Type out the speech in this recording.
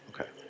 Okay